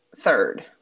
Third